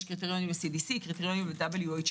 יש קריטריונים ל-CDC ול-WHO.